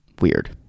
Weird